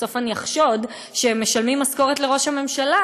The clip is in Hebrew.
בסוף אני אחשוד שהם משלמים משכורת לראש הממשלה,